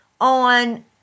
on